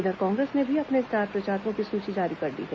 इधर कांग्रेस ने भी अपने स्टार प्रचारकों की सूची जारी कर दी है